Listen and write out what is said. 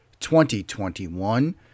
2021